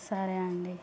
సరే అండి